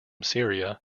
syria